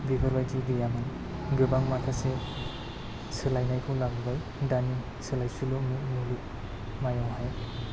बेफोरबायदि गैयामोन गोबां माखासे सोलायनायखौ लाबोबाय दानि सोलायसुलु मुलुगमायावहाय